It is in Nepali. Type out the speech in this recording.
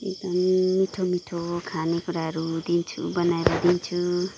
एकदम मिठो मिठो खाने कुराहरू दिन्छु बनाएर दिन्छु